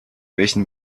welchen